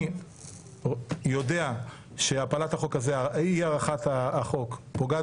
אני יודע שאי הארכת החוק הזה פוגעת